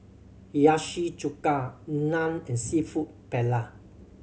Hiyashi Chuka Naan and Seafood Paella